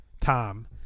Tom